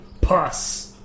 Puss